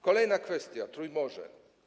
Kolejna kwestia: Trójmorze.